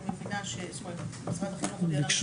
אני מבינה שמשרד החינוך הודיע לנו שיש